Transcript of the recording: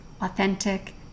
authentic